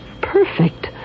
perfect